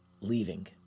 leaving